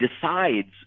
decides